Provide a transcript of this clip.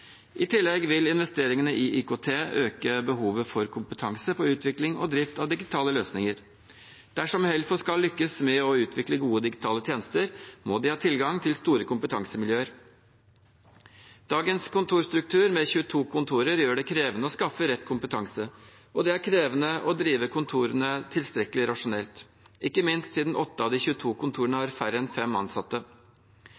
I tillegg vil investeringene i IKT øke behovet for kompetanse på utvikling og drift av digitale løsninger. Dersom Helfo skal lykkes med å utvikle gode digitale tjenester, må de ha tilgang til store kompetansemiljøer. Dagens kontorstruktur med 22 kontorer gjør det krevende å skaffe rett kompetanse, og det er krevende å drive kontorene tilstrekkelig rasjonelt – ikke minst siden 8 av de 22 kontorene